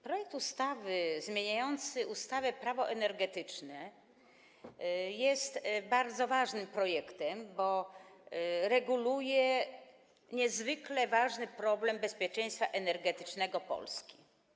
Projekt ustawy zmieniający ustawę Prawo energetyczne jest bardzo ważnym projektem, bo reguluje niezwykle ważny problem bezpieczeństwa energetycznego Polski.